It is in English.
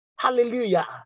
Hallelujah